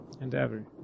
Endeavor